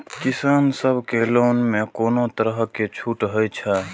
किसान सब के लोन में कोनो तरह के छूट हे छे?